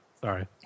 Sorry